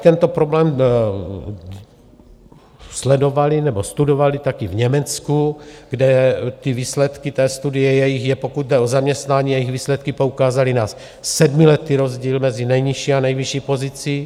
Tento problém sledovali nebo studovali také v Německu, kde ty výsledky té studie jejich je, pokud jde o zaměstnání, jejich výsledky poukázaly na sedmiletý rozdíl mezi nejnižší a nejvyšší pozici.